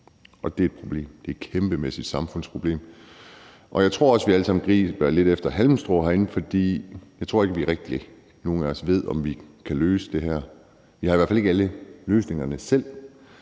Og det er et problem. Det er et kæmpemæssigt samfundsproblem. Jeg tror også, vi alle sammen griber lidt efter halmstrå herinde, for jeg tror ikke rigtig, nogen af os ved, om vi kan løse det her. Vi har i hvert fald ikke alle løsningerne selv.